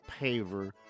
paver